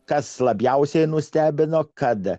kas labiausiai nustebino kad